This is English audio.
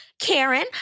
Karen